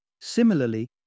Similarly